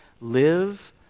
live